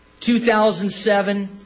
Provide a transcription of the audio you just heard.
2007